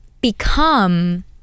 become